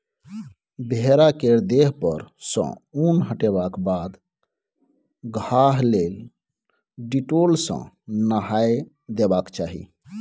भेड़ा केर देह पर सँ उन हटेबाक बाद घाह लेल डिटोल सँ नहाए देबाक चाही